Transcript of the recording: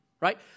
right